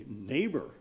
neighbor